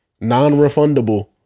Non-refundable